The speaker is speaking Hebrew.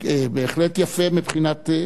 בהחלט יפה מבחינת,